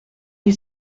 die